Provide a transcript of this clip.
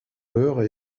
heures